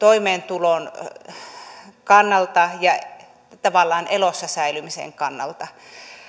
toimeentulon kannalta ja tavallaan elossa säilymisen kannalta